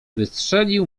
wystrzelił